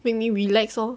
make me relax lor